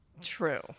true